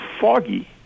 foggy